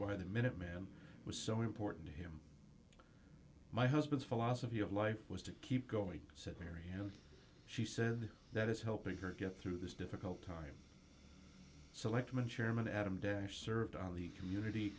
why the minuteman was so important to him my husband's philosophy of life was to keep going said mary and she said that is helping her get through this difficult time selectman chairman adam dash served on the community